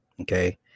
Okay